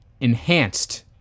enhanced